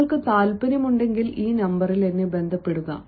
നിങ്ങൾക്ക് താൽപ്പര്യമുണ്ടെങ്കിൽ ഈ നമ്പറിൽ എന്നെ ബന്ധപ്പെടുക